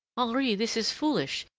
henri, this is foolish!